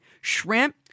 shrimp